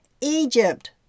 Egypt